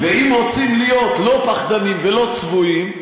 ואם רוצים להיות לא פחדנים ולא צבועים,